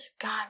God